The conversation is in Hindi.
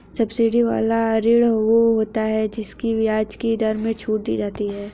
सब्सिडी वाला ऋण वो होता है जिसकी ब्याज की दर में छूट दी जाती है